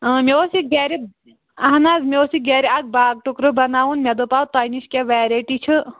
ٲں مےٚ اوس یہِ گرِ اہن حظ مےٚ اوس یہِ گرِ اکھ باغہٕ ٹُکرٕ بناوُن مےٚ دوٚپ تۅہہِ نِش کیٛاہ ویرَیٹی چھِ